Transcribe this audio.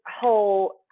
whole